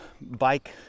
bike